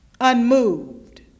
Unmoved